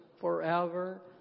forever